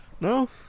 No